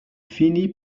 finit